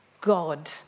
God